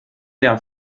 der